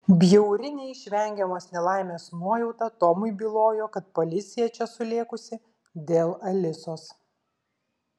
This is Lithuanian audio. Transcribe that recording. bjauri neišvengiamos nelaimės nuojauta tomui bylojo kad policija čia sulėkusi dėl alisos